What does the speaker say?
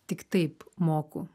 tik taip moku